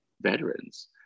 veterans